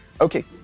Okay